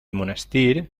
monestir